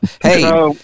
Hey